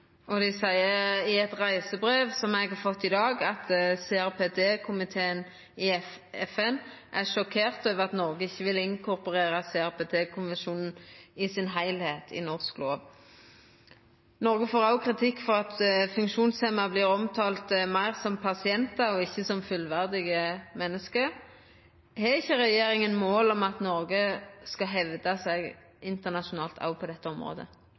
og dei seier i eit reisebrev som eg har fått i dag, at CRPD-komiteen i FN er sjokkert over at Noreg ikkje vil inkorporere heile CRPD-konvensjonen i norsk lovgjeving. Noreg får òg kritikk for at funksjonshemma vert omtala meir som pasientar enn som fullverdige menneske. Har ikkje regjeringa mål om at Noreg skal hevda seg internasjonalt òg på dette området?